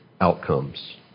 outcomes